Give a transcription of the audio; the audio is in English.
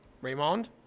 Raymond